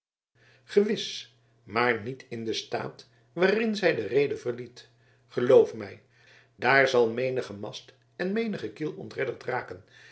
gewis maar niet in den staat waarin zij de reede verliet geloof mij daar zal menige mast en menige kiel ontredderd raken